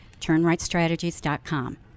Turnrightstrategies.com